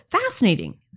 fascinating